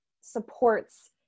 supports